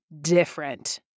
different